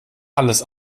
alles